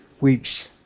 weeks